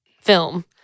film